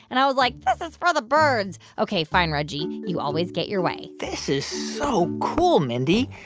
and i was like, this is for the birds. ok. fine, reggie. you always get your way this is so cool, mindy.